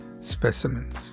specimens